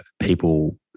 people